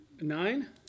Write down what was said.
Nine